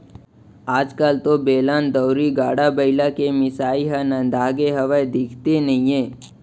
आज कल तो बेलन, दउंरी, गाड़ा बइला के मिसाई ह नंदागे हावय, दिखते नइये